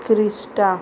Crysta